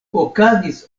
okazis